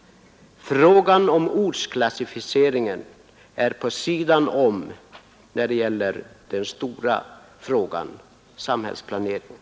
Frågan om den föreslagna ortsklassificeringen ligger emellertid något vid sidan om den stora frågan om regionalpolitikens målinriktning.